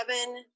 seven